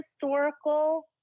historical